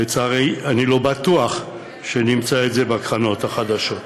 לצערי אני לא בטוח שנמצא את זה בקרנות החדשות.